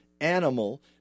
animal